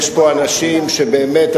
יש פה אנשים שבאמת,